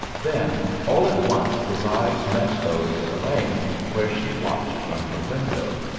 then all at once his eyes met those of elaine where she watched from her window,